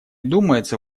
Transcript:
думается